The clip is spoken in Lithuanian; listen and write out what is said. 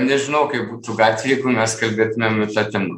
nežinau kaip būtų gatvėj jeigu mes kalbėtumėme ta tema